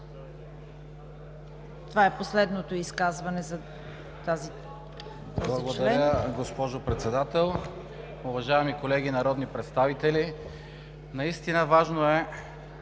Това е последното изказване за този член.